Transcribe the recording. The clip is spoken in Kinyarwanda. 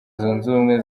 zunze